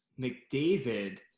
McDavid